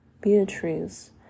Beatrice